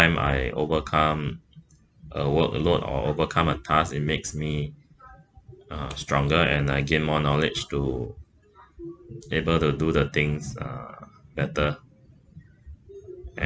I overcome a workload or overcome a task it makes me uh stronger and I gained more knowledge to able to do the things uh better